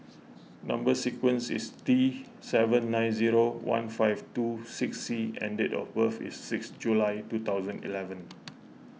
Number Sequence is T seven nine zero one five two six C and date of birth is six July two thousand eleven